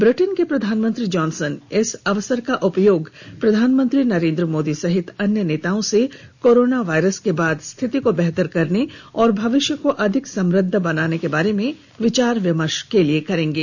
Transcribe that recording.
Britain के प्रधानमंत्री Johnson इस अवसर का उपयोग प्रधानमंत्री नरेन्द्र मोदी सहित अन्य नेताओं से कोरोना वायरस के बाद स्थिति को बेहतर करने और भविष्य को अधिक समृद्ध बनाने के बारे में विचार विमर्श के लिए करेंगे